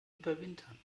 überwintern